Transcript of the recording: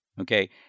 okay